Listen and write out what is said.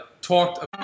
talked